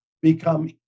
become